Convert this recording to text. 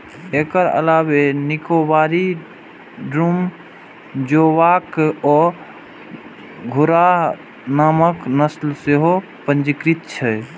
एकर अलावे निकोबारी, डूम, जोवॉक आ घुर्राह नामक नस्ल सेहो पंजीकृत छै